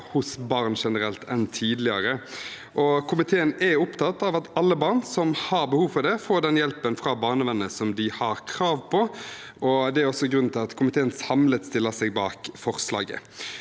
hos barn generelt enn tidligere. Komiteen er opptatt av at alle barn som har behov for det, får den hjelpen fra barnevernet som de har krav på. Det er også grunnen til at komiteen samlet stiller seg bak forslaget.